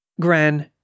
Gran